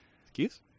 Excuse